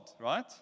right